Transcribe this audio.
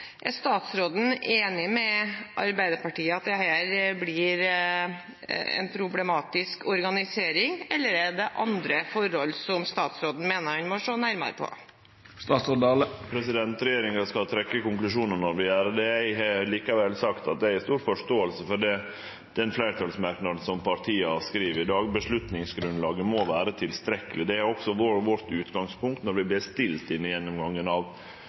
Er statsråden enig med Arbeiderpartiet i at dette blir en problematisk organisering, eller er det andre forhold statsråden mener han må se nærmere på? Regjeringa skal trekkje konklusjonar når vi gjer det. Eg har likevel sagt at eg har stor forståing for den fleirtalsmerknaden som partia skriv. Vedtaksgrunnlaget må vere tilstrekkeleg. Det var også utgangspunktet vårt då vi bestilte denne gjennomgangen av